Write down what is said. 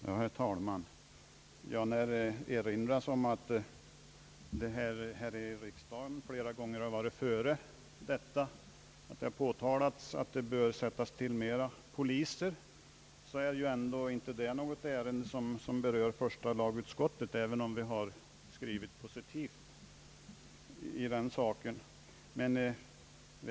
Herr talman! När det erinras om att denna fråga har varit uppe i riksdagen flera gånger tidigare och att det har uttalats att det bör anställas mera poliser, vill jag framhålla att detta inte är ett ärende som berör första lagutskottet, även om utskottet har skrivit positivt i saken.